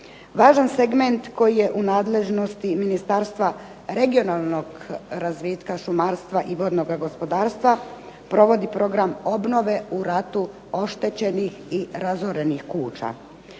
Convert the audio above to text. Važan segment koji je u nadležnosti Ministarstva regionalnog razvitka, šumarstva i vodnoga gospodarstva provodi program obnove u ratu oštećenih i razorenih kuća.